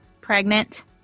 pregnant